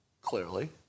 clearly